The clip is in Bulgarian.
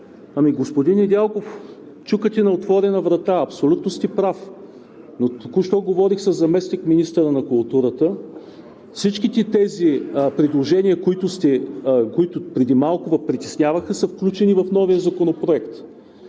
Ами, господин Недялков, чукате на отворена врата – абсолютно сте прав. Току що говорих със заместник-министъра на културата – всичките тези предложения, които преди малко Ви притесняваха, са включени в новия законопроект.